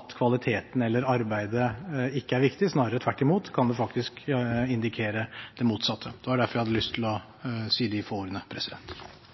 at kvaliteten eller arbeidet ikke er viktig. Snarere kan det faktisk indikere det motsatte. Det var derfor jeg hadde lyst til å si de få ordene.